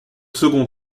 second